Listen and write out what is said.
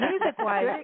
music-wise